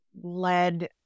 led